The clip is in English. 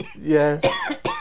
Yes